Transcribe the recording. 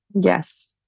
Yes